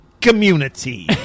community